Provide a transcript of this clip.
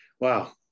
Wow